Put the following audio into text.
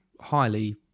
highly